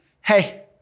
hey